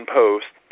post